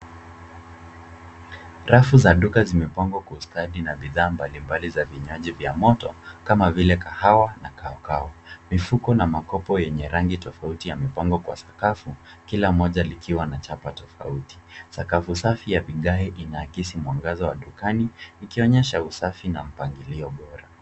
Rafu za duka zimepangwa kwa ustadi na bidhaa mbali mbali za vinywaji za moto kama vile kahawa na kawakawa. Mifuko na makopo yenye rangi tofauti yamepangwa kwa sakafu kila moja likiwa na chapa tofauti. Sakafu safi ya vigae inaakessi mwangaza wa dukani ikionyesha usafi na mpangilio bora .